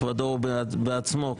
בכבודו ובעצמו.